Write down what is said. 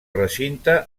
recinte